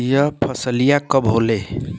यह फसलिया कब होले?